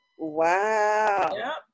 wow